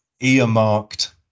earmarked